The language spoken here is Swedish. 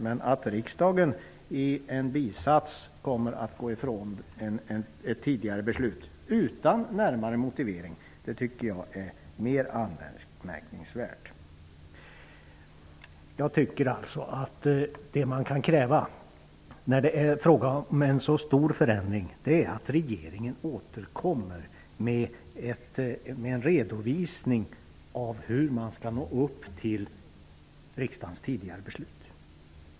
Men att riksdagen i en bisats kommer att gå ifrån ett tidigare beslut utan närmare motivering är mer anmärkningsvärt. Det man kan kräva när det är fråga om en så stor förändring är att regeringen återkommer med en redovisning av hur man skall uppnå riksdagens tidigare beslut.